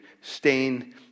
stain